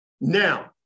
Now